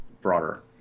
broader